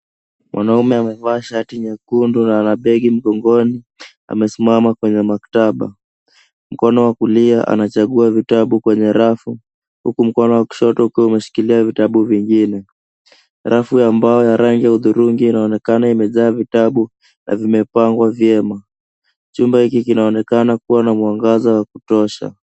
Mwanaume amevaa shati nyekundu na ana begi mgongoni ,amesimama kwenye maktaba. Mkono wa kulia anachagua vitabu kwenye rafu, huku mkono wa kushoto ukiwa umeshikilia vitabu vingine. Rafu ya mbao ya rangi ya hudhurungi inaonekana imejaa vitabu na zimepangwa vyema. Chumba hiki kinaonekana kuwa na mwangaza wa kutosha.